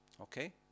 Okay